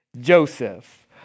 Joseph